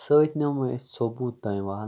سۭتۍ نِمو أسۍ سوبوت دانہِ ول